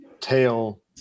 tail